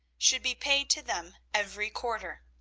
should be paid to them every quarter.